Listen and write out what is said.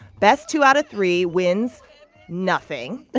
best two out of three wins nothing